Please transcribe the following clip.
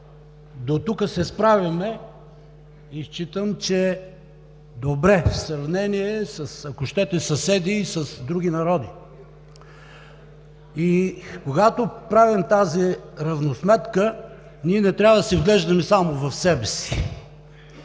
Дотук се справяме и считам, че добре, в сравнение със съседи и с други народи. Когато правим тази равносметка, ние не трябва да се вглеждаме само в себе си.